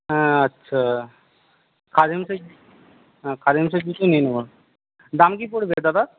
হ্যাঁ আচ্ছা খাদিমসের হ্যাঁ খাদিমসের জুতোই নিয়ে নেব দাম কি পড়বে দাদা